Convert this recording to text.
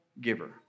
giver